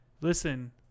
Listen